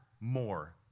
more